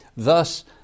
Thus